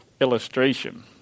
illustration